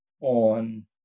on